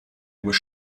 were